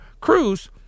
Cruz